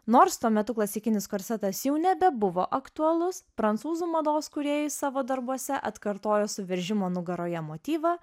nors tuo metu klasikinis korsetas jau nebebuvo aktualus prancūzų mados kūrėjai savo darbuose atkartojo suveržimo nugaroje motyvą